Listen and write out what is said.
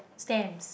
stamps